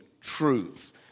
truth